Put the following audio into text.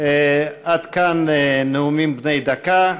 עד כאן נאומים בני דקה.